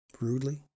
Rudely